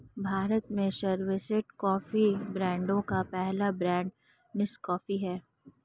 भारत में सर्वश्रेष्ठ कॉफी ब्रांडों का पहला ब्रांड नेस्काफे है